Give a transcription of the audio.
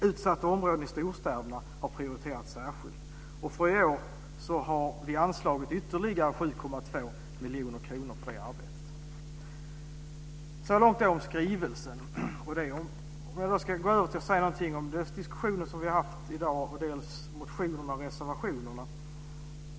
Utsatta områden i storstäderna har prioriterats särskilt och för i år har vi anslagit ytterligare 7,2 miljoner kronor för det arbetet. Så långt skrivelsen. Nu ska jag gå över till att säga någonting om den diskussion som vi har haft i dag liksom om motionerna och reservationerna.